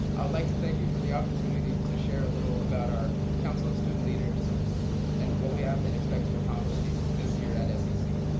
i'd like to thank you for the opportunity to share a little about our council of student leaders and what we have and expect to accomplish this this year at scc.